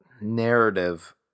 narrative